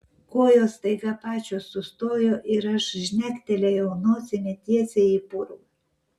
kojos staiga pačios sustojo ir aš žnektelėjau nosimi tiesiai į purvą